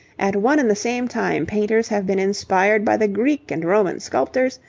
at one and the same time painters have been inspired by the greek and roman sculptors,